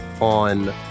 on